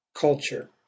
culture